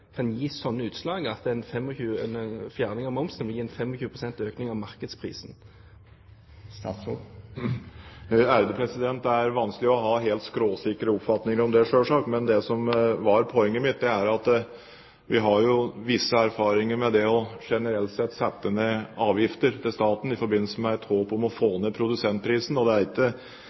kan gi slike utslag at fjerning av momsen vil gi 25 pst. økning av markedsprisen? Det er selvsagt vanskelig å ha helt skråsikre oppfatninger om det. Men det som var poenget mitt, er at vi har visse erfaringer med generelt sett å sette ned avgifter til staten i forbindelse med et håp om å få ned produsentprisen. Det er ikke